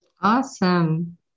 Awesome